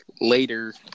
later